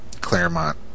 claremont